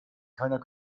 keiner